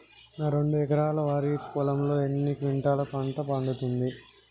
నా రెండు ఎకరాల వరి పొలంలో ఎన్ని క్వింటాలా పంట పండుతది?